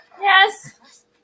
Yes